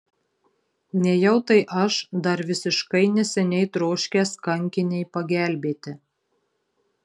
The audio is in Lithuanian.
nejau tai aš dar visiškai neseniai troškęs kankinei pagelbėti